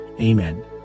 Amen